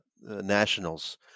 Nationals